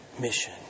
mission